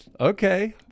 Okay